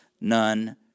None